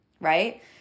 right